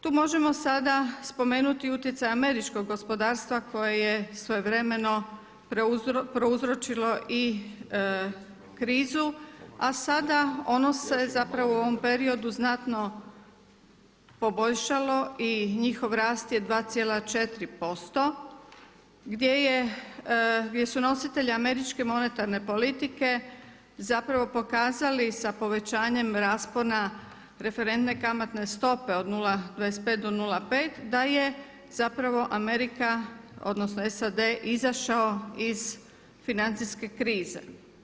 Tu možemo sada spomenuti utjecaj američkog gospodarstva koje je svojevremeno prouzročilo i krizu a sada ono se zapravo u ovom periodu znatno poboljšalo i njihov rast je 2,4% gdje su nositelji američke monetarne politike zapravo pokazali sa povećanjem raspona referentne kamatne stope od 0,25 do 0,5 da je zapravo Amerika odnosno SAD izašao iz financijske krize.